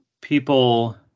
people